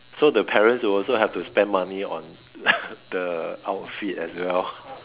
so the parent will also have to spend money on the outfit as well